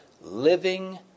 living